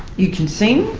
you can sing,